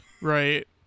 Right